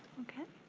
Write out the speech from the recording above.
okay,